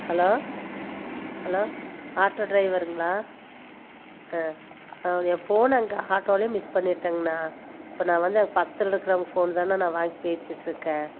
hello hello auto டிரைவருங்களா ஆ என் ஃபோன் அங்கே ஆட்டோலேயே மிஸ் பண்ணிட்டங்கண்ணா இப்போ நான் வந்து பக்கத்தில் இருக்கிறவங்க ஃபோன் தான்ணா நான் வாங்கி பேசிட்டுருக்கேன்